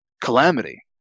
calamity